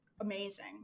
amazing